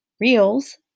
Reels